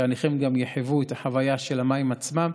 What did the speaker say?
שהנכים יחוו את החוויה של המים עצמם.